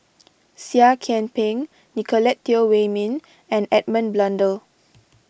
Seah Kian Peng Nicolette Teo Wei Min and Edmund Blundell